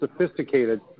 sophisticated